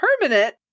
permanent